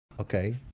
okay